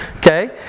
Okay